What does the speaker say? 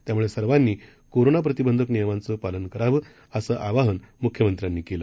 त्यामुळे सर्वांनी कोरोना प्रतिबंधक नियमांच पालन कराव असं आवाहन यावेळी मुख्यमंत्र्यांनी केलं